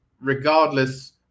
regardless